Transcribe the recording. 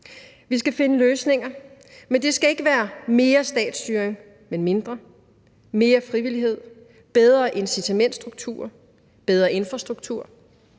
Vi skal finde løsninger, men det skal ikke være mere statsstyring, men mindre. Mere frivillighed, bedre incitamentsstrukturer, bedre infrastruktur